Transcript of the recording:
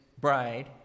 bride